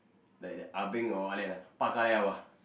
like the ah-beng or ah-lian ah bao ka liao